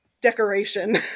decoration